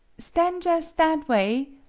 stan' jus' that way,